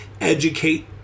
educate